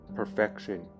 perfection